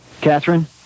Catherine